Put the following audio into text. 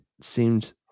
seemed –